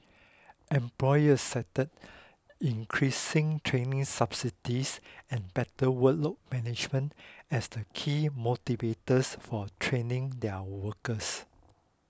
employers cited increased training subsidies and better workload management as the key motivators for training their workers